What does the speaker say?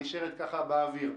נשארת באוויר.